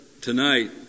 tonight